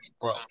Bro